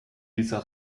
dieser